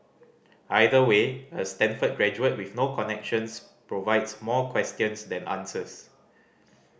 either way a Stanford graduate with no connections provides more questions than answers